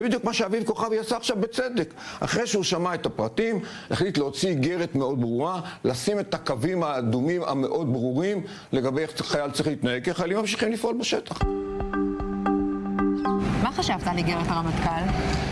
בדיוק מה שאביב כוכבי עשה עכשיו בצדק. אחרי שהוא שמע את הפרטים, החליט להוציא איגרת מאוד ברורה, לשים את הקווים האדומים המאוד ברורים לגבי איך חייל צריך להתנהג, כי החיילים ממשיכים לפעול בשטח. מה חשבת על איגרת הרמטכ"ל?